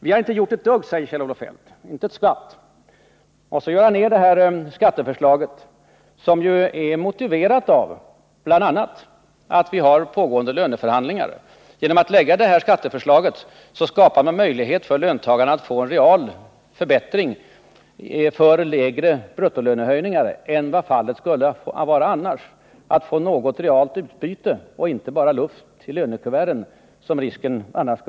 Vi har inte gjort ett dugg, inte ett skvatt, påstår Kjell-Olof Feldt och gör ner det marginalskatteförslag vi framlagt och vilket är motiverat av bl.a. de pågående löneförhandlingarna. Genom skatteförslaget skapar vi möjlighet för löntagarna att få en real förbättring med lägre bruttolönehöjningar än vad fallet skulle bli annars — att få något realt utbyte och inte bara luft i lönekuverten.